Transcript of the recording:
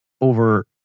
over